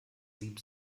sieb